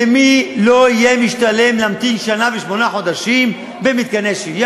למי לא יהיה משתלם להמתין שנה ושמונה חודשים במתקני שהייה?